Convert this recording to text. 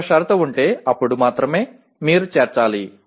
ఒక షరతు ఉంటే అప్పుడు మాత్రమే మీరు చేర్చాలి